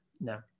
no